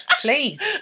Please